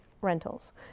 rentals